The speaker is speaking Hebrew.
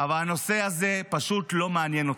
אבל הנושא הזה פשוט לא מעניין אתכם.